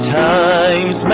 times